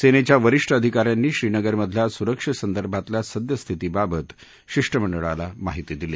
सेनेच्या वरिष्ठ अधिका यांनी श्रीनगरमधल्या सुरक्षेसंदर्भातल्या सद्यस्थितीबाबत शिष्ट मंडळाला माहिती दिली